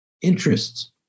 interests